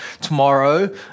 tomorrow